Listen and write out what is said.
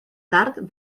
tard